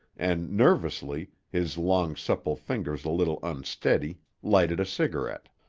and nervously, his long supple fingers a little unsteady, lighted a cigarette.